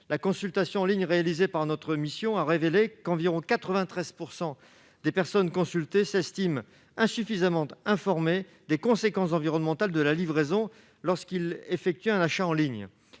la consultation en ligne réalisée par notre mission d'information a révélé qu'environ 93 % des personnes consultées s'estiment insuffisamment informées des conséquences environnementales de la livraison lorsqu'elles effectuent un achat en ligne.